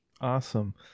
Awesome